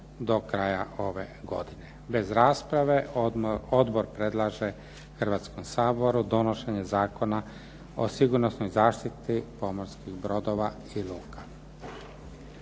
do kraja ove godine. Bez rasprave odbor predlaže Hrvatskom saboru donošenje Zakona o sigurnosnoj zaštiti pomorskih brodova i luka.